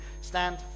stand